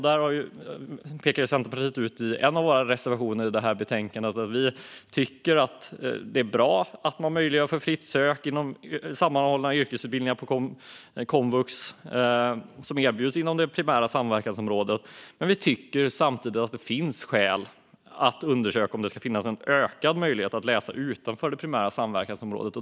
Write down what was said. Där säger Centerpartiet i en av sina reservationer i detta betänkande att vi tycker att det är bra att möjliggöra för fritt sök inom sammanhållna yrkesutbildningar på komvux som erbjuds inom det primära samverkansområdet men att vi samtidigt tycker att det finns skäl att undersöka om det ska finnas en ökad möjlighet att läsa utanför det primära samverkansområdet.